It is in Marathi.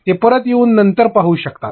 ते परत येऊन नंतर पाहू शकतात